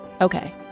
Okay